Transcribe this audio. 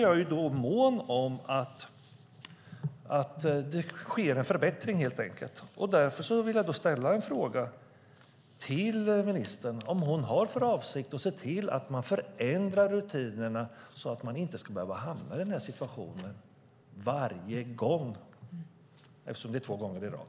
Jag är mån om att det sker en förbättring, och därför vill jag ställa en fråga till ministern om hon har för avsikt att se till att förändra rutinerna så att man inte ska behöva hamna i den här situationen varje gång. Nu har det hänt två gånger i rad.